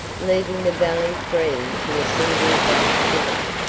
leaving the valley free to a single black figure,